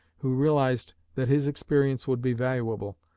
who realized that his experience would be valuable,